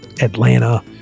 Atlanta